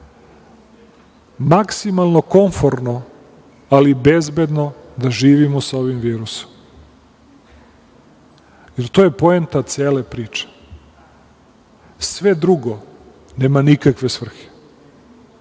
maksimalno komforno, ali bezbedno da živimo sa ovim virusom, jer to je poenta cele priče. Sve drugo nema nikakve svrhe. Da